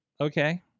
Okay